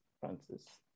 Francis